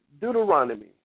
Deuteronomy